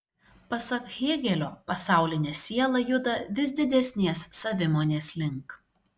pasak hėgelio pasaulinė siela juda vis didesnės savimonės link